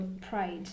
pride